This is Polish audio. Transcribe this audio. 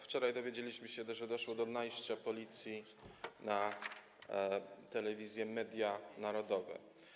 Wczoraj dowiedzieliśmy się, że doszło do najścia Policji na telewizję Media Narodowe.